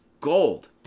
gold